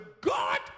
God